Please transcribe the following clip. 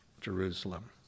Jerusalem